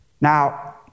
Now